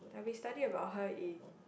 like we study about how in